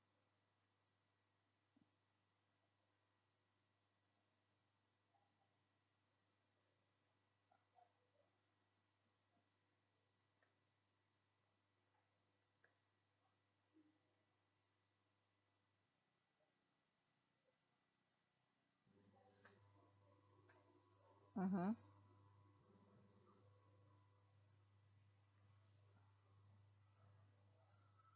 mmhmm